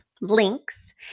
links